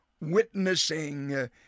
witnessing